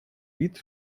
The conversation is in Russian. вид